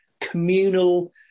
communal